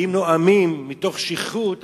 אם נואמים מתוך שכרות,